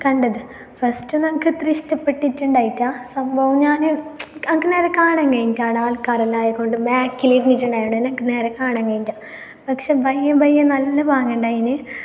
കണ്ടത് ഫസ്റ്റ് ഒന്നും എനിക്ക് അത്ര ഇഷ്ടപ്പെട്ടിട്ടുണ്ടായിട്ടില്ല സംഭവം ഞാൻ ആക്ക് നേരെ കാണാൻ കഴിഞ്ഞിട്ടില്ല ആൾക്കാരെല്ലാം ആയത്കൊണ്ട് ബാക്കിൽ ഇരുന്നിട്ട് ഉണ്ടായതുകൊണ്ട് തന്നെ എനിക്ക് നേരെ കാണാൻ കഴിഞ്ഞിട്ടില്ല പക്ഷെ ബയ്യെ ബയ്യെ നല്ല പാങ്ങുണ്ടായിന്